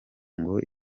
ngo